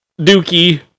Dookie